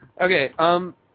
Okay